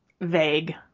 vague